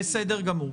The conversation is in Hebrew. בסדר גמור.